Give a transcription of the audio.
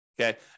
Okay